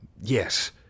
Yes